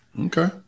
Okay